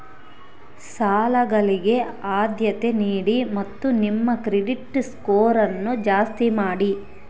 ಸಾಲಗಳಿಗೆ ಆದ್ಯತೆ ನೀಡಿ ಮತ್ತು ನಿಮ್ಮ ಕ್ರೆಡಿಟ್ ಸ್ಕೋರನ್ನು ಜಾಸ್ತಿ ಮಾಡಿ